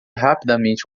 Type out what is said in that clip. rapidamente